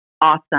awesome